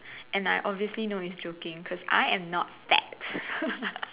and I obviously know he's joking cause I am not fat